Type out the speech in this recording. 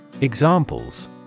Examples